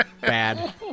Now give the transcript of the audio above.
bad